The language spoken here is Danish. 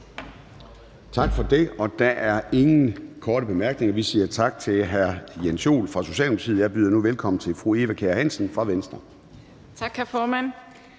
Tak for det. Der er ingen korte bemærkninger, og vi siger tak til hr. Jens Joel fra Socialdemokratiet. Jeg byder nu velkommen til fru Eva Kjer Hansen fra Venstre. Kl. 13:40